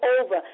over